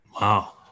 Wow